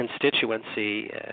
constituency